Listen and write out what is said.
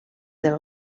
del